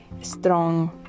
strong